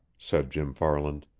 said jim farland.